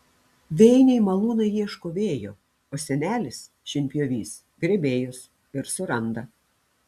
vėjiniai malūnai ieško vėjo o senelis šienpjovys grėbėjos ir suranda